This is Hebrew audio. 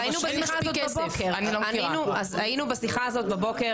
אבל היינו בשיחה הזאת בבוקר.